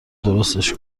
درستش